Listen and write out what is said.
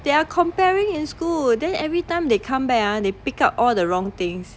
they are comparing in school then every time they come back ah they pick up all the wrong things